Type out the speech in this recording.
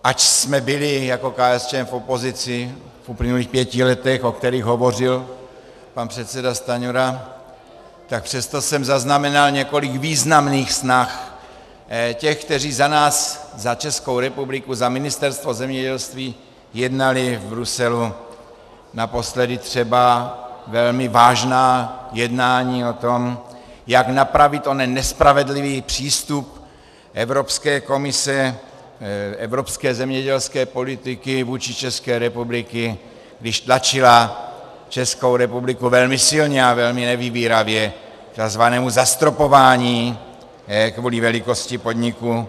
Ač jsme byli jako KSČM v opozici v uplynulých pěti letech, o kterých hovořil pan předseda Stanjura, přesto jsem zaznamenal několik významných snah těch, kteří za nás, za Českou republiku, za Ministerstvo zemědělství jednali v Bruselu, naposledy třeba velmi vážná jednání o tom, jak napravit onen nespravedlivý přístup Evropské komise, evropské zemědělské politiky vůči České republice, když tlačila Českou republiku velmi silně a velmi nevybíravě k takzvanému zastropování kvůli velikosti podniku.